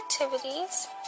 activities